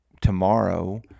tomorrow